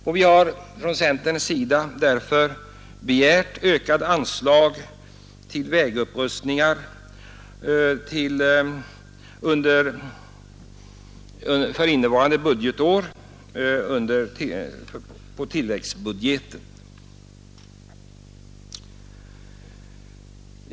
Vi har därför från centerns sida begärt ökade anslag på tilläggsbudget till vägupprustningar under innevarande budgetår.